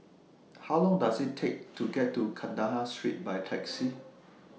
How Long Does IT Take to get to Kandahar Street By Taxi